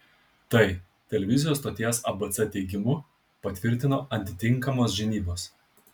tai televizijos stoties abc teigimu patvirtino atitinkamos žinybos